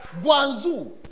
Guangzhou